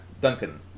Duncan